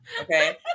Okay